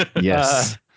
Yes